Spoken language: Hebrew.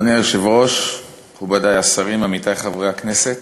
אדוני היושב-ראש, מכובדי השרים, עמיתי חברי הכנסת,